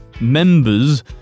members